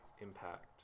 impact